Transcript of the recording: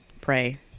pray